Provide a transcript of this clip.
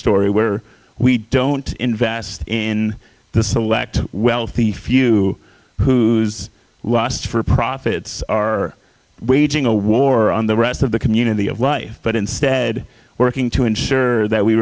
story where we don't invest in the select wealthy few whose lust for profits are waging a war on the rest of the community of life but instead working to ensure that we